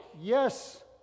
yes